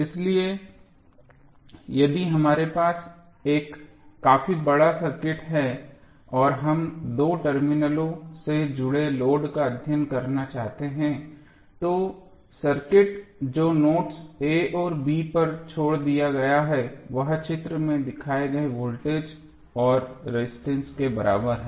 इसलिए यदि हमारे पास एक काफी बड़ा सर्किट है और हम दो टर्मिनलों से जुड़े लोड का अध्ययन करना चाहते हैं तो सर्किट जो नोड्स a और b पर छोड़ दिया गया है वह चित्र में दिखाए गए वोल्टेज और रेजिस्टेंस के बराबर है